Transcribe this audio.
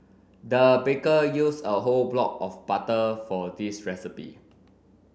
the baker used a whole block of butter for this recipe